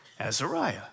Azariah